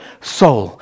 soul